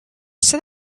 set